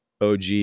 OG